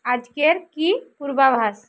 আজকের কী পূর্বাভাস